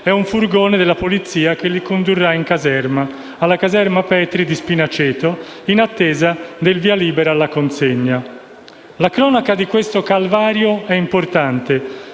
è un furgone della polizia che li condurrà alla caserma Petri di Spinaceto. In attesa del via libera alla consegna.[...] La cronaca di questo calvario è importante.